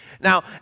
Now